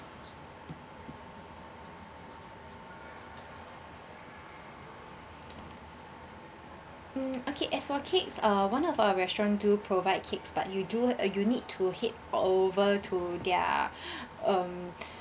mm okay as for cakes uh one of our restaurant do provide cakes but you do uh you need to head over to their um